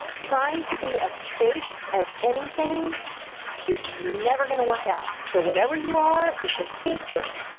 trying to be a fake at anything is never gonna work out. so whatever you are, it's a feature.